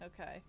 Okay